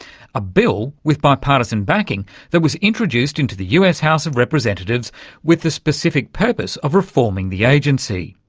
a bill with bipartisan backing that was introduced into the us house of representatives with the specific purpose of reforming the agency.